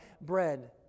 bread